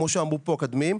כמו שאמרו כאן קודם לכן.